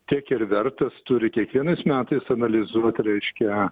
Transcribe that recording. tiek ir vertas turi kiekvienais metais analizuot reiškia